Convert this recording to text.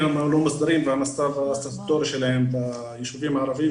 הלא מוסדרים והמספר הסטטוטורי שלהם ביישובים הערבים,